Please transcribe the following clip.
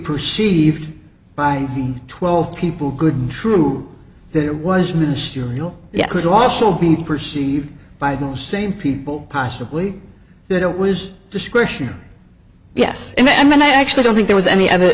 perceived by the twelve people good true that it was ministerial yet has also be perceived by the same people possibly that it was discretion yes and i actually don't think there was any other